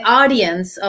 audience